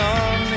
on